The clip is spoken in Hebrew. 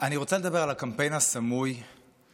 אני רוצה לדבר על הקמפיין הסמוי שמתודלק